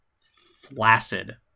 flaccid